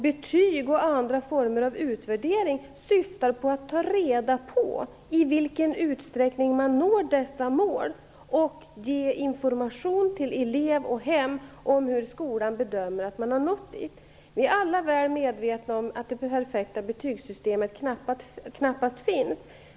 Betyg och andra former av utvärdering syftar till att ta reda på i vilken utsträckning man når dessa mål och till att ge information till elev och hem om hur skolan bedömer att man har nått dit. Vi är alla väl medvetna om att det perfekta betygssystemet knappast finns.